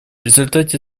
результате